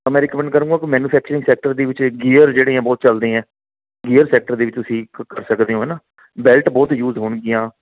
ਅਤੇ ਮੈ ਰੈਕਮੈਂਡ ਕਰੂੰਗਾ ਕਿ ਮੈਨੂਫੈਕਚਰਿੰਗ ਸੈਕਟਰ ਦੀ ਵਿੱਚ ਗੀਅਰ ਜਿਹੜੇ ਬਹੁਤ ਚੱਲਦੇ ਆ ਗੇਅਰ ਸੈਕਟਰ ਦੇ ਵਿੱਚ ਤੁਸੀਂ ਕਰ ਸਕਦੇ ਹੋ ਹੈ ਨਾ ਬੈਲਟ ਬਹੁਤ ਯੂਜ ਹੋਣਗੀਆਂ ਅਤੇ